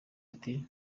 ati